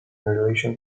relation